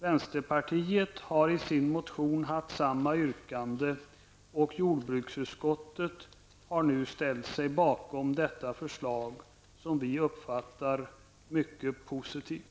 Vänsterpartiet har i sin motion haft samma yrkande och jordbruksutskottet har ställt sig bakom detta förslag som vi uppfattar som mycket positivt.